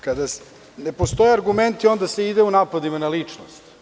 Kada ne postoje argumenti onda se ide u napadima na ličnost.